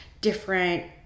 different